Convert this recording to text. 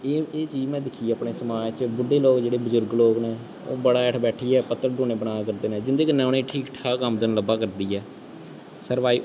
एह् एह् चीज में दिक्खी अपने समाज च बुड्डे लोग जेह्ड़े बजुर्ग लोग न ओह् बड़ै हेठ बैठियै पत्तल डूने बनाऽ करदे न जिंदे कन्नै उ'नें गी ठीक ठाक आमदन लब्भा करी ऐ सर्वाइव